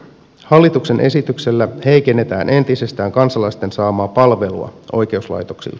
hallituksen esityksellä heikennetään entisestään kansalaisten saamaa palvelua oikeuslaitoksilta